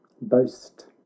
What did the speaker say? boast